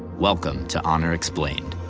welcome to honor explained.